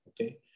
okay